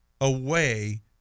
away